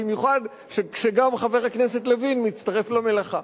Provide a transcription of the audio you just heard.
במיוחד כשגם חבר הכנסת לוין מצטרף למלאכה.